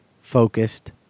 focused